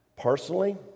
personally